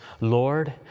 Lord